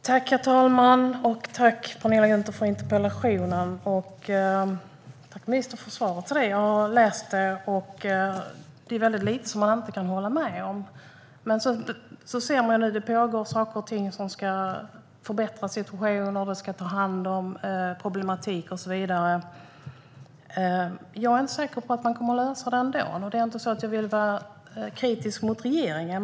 Herr talman! Tack, Penilla Gunther, för interpellationen och tack till ministern för svaret! Det är ju väldigt lite som man inte kan hålla med om, men så sägs det att det pågår saker och ting som ska förbättra situationen, problematiken ska tas om hand och så vidare. Jag är inte så säker på att man kommer att lösa det ändå, och det är inte så att jag vill vara kritisk mot regeringen.